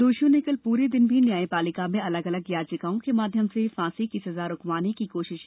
दोषियों ने कल पूरे दिन भी न्यायपालिका में अलग अलग याचिकाओं के माध्यम से फांसी की सजा रूकवाने की कोशिशें की जो नाकाम रही